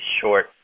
short